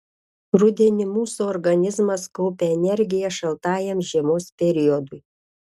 rudenį mūsų organizmas kaupia energiją šaltajam žiemos periodui